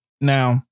Now